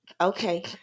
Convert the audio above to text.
okay